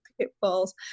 pitfalls